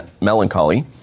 melancholy